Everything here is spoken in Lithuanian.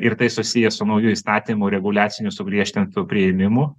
ir tai susiję su nauju įstatymu reguliacinių sugriežtintų priėmimu